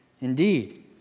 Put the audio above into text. indeed